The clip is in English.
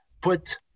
put